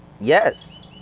yes